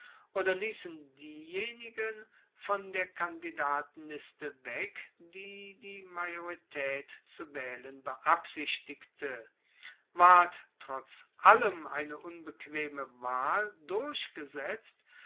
oder liessen diejenigen von der kandidatenliste weg die die majoritaet zu waehlen beabsichtigte ward trotz alledem eine unbequeme wahl durchgesetzt